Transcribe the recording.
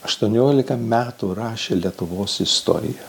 aštuoniolika metų rašė lietuvos istoriją